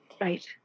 right